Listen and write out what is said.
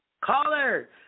Caller